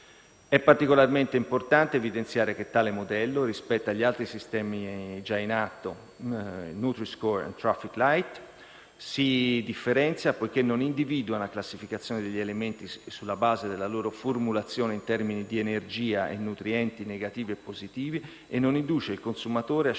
È particolarmente importante evidenziare che tale modello, rispetto agli altri sistemi già in atto, *Nutri-Score traffic light*, si differenzia poiché non individua la classificazione degli elementi sulla base della loro formulazione in termini di energia e nutrienti negativi e positivi e non induce il consumatore a scegliere